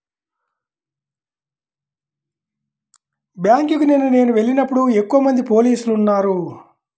బ్యేంకుకి నిన్న నేను వెళ్ళినప్పుడు ఎక్కువమంది పోలీసులు ఉన్నారు